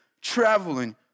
traveling